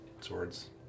swords